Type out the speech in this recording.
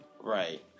right